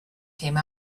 came